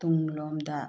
ꯇꯨꯡꯂꯣꯝꯗ